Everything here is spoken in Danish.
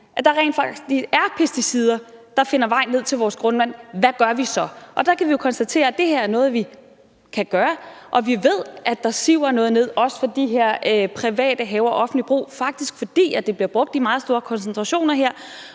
at der rent faktisk er pesticider, der finder vej ned til vores grundvand, hvad vi så gør, og der kan vi jo konstatere, at det her er noget, vi kan gøre, og vi ved, at der siver noget ned, også fra de her private haver og offentlig brug, faktisk fordi det her bliver brugt i meget store koncentrationer,